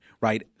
Right